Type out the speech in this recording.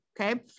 Okay